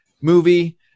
movie